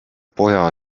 poja